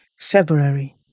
February